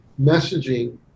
messaging